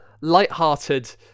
light-hearted